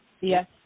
Yes